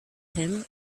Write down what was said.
him